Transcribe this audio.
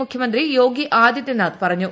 മുഖൃമന്ത്രി യോഗി ആദിത്യറാഫ് പറഞ്ഞു